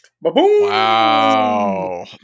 Wow